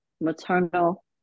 maternal